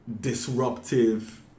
disruptive